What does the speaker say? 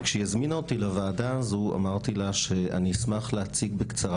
וכשהיא הזמינה אותי לוועדה הזו אמרתי לה שאני אשמח להציג בקצרה